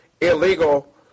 illegal